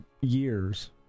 years